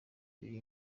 ibiri